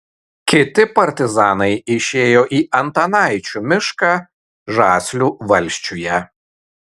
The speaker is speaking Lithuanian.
kiti partizanai išėjo į antanaičių mišką žaslių valsčiuje